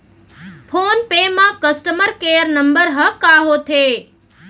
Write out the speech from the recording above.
Phone पे म customer care number ह का होथे?